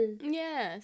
Yes